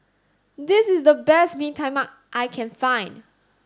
this is the best Bee Tai Mak that I can find